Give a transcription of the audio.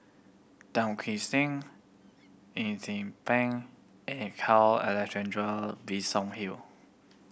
Tan Kim Sing Eng Zee Peng and Carl Alexander Bison Hill